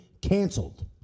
canceled